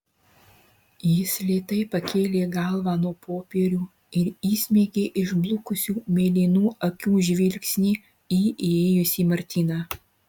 jis lėtai pakėlė galvą nuo popierių ir įsmeigė išblukusių mėlynų akių žvilgsnį į įėjusį martyną